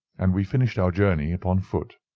and we finished our journey upon foot.